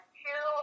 two